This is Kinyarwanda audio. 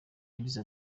yagize